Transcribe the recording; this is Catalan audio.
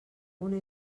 una